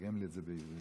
אדוני היושב-ראש,